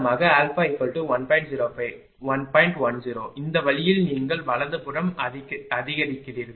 10 இந்த வழியில் நீங்கள் வலதுபுறம் அதிகரிக்கிறீர்கள்